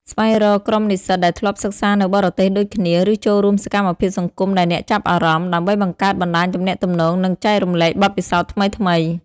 ស្វែងរកក្រុមនិស្សិតដែលធ្លាប់សិក្សានៅបរទេសដូចគ្នា ឬចូលរួមសកម្មភាពសង្គមដែលអ្នកចាប់អារម្មណ៍ ដើម្បីបង្កើតបណ្តាញទំនាក់ទំនង និងចែករំលែកបទពិសោធន៍ថ្មីៗ។